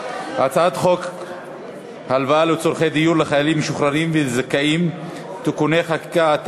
הצעת חוק הלוואה לצורכי דיור לחיילים משוחררים ולזכאים (תיקוני חקיקה),